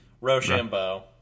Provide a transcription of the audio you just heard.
Rochambeau